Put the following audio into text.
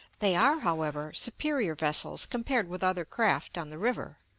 they are, however, superior vessels compared with other craft on the river,